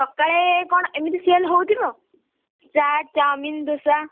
ସକାଳେ ଏ କଣ ଏମିତି ସେଲ୍ ହେଉଥିବ ଚାଟ୍ ଚାଉମିନ୍ ଦୋସା